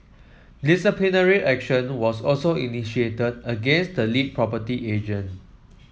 disciplinary action was also initiated against the lead property agent